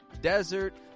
desert